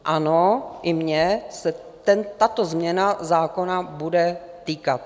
Ano, i mě se tato změna zákona bude týkat.